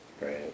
right